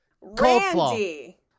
Randy